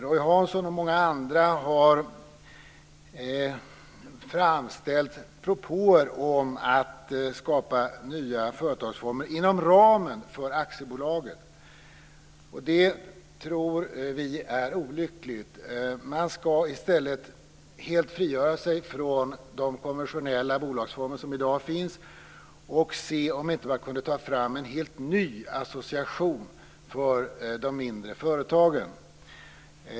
Roy Hansson och många andra har framställt propåer om att det ska skapas nya företagsformer inom ramen för aktiebolagen. Det tror vi är olyckligt. Man ska i stället helt frigöra sig från de konventionella bolagsformer som i dag finns och se om man inte kan ta fram en helt ny association för de mindre företagen.